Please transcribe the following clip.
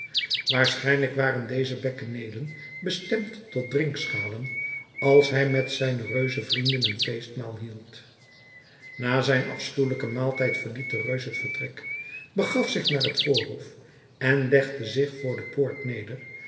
waarschijnlijk waren deze bekkeneelen bestemd tot drinkschalen als hij met zijne reuzenvrienden een feestmaal hield na zijn afschuwelijken maaltijd verliet de reus het vertrek begaf zich naar het voorhof en legde zich voor de poort neder